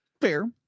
fair